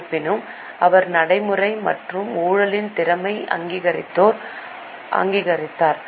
இருப்பினும் அவர் நடைமுறை மற்றும் ஊழலின் திறனை அங்கீகரித்தார்